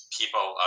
people